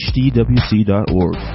hdwc.org